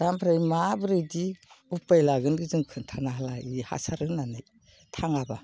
दा ओमफ्राय माबोरैदि उफाय लागोन बेखौ जों खोन्थानो हाला बियो हासार होनानै थाङाबा